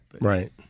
Right